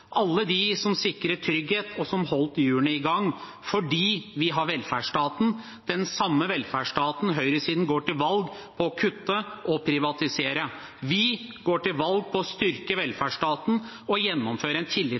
alle de som sikret trygghet og holdt hjulene i gang fordi vi har velferdsstaten, den samme velferdsstaten høyresiden går til valg på å kutte og privatisere. Vi går til valg på å styrke velferdsstaten og gjennomføre en